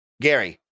Gary